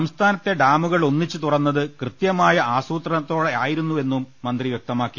സംസ്ഥാനത്തെ ഡാമു കൾ ഒന്നിച്ച് തുറന്നത് കൃത്യമായ ആസൂത്രണത്തോടെയായിരുന്നുവെന്ന് മന്ത്രി വ്യക്തമാക്കി